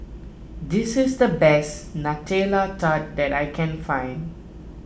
this is the best Nutella Tart that I can find